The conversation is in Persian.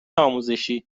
آموزشی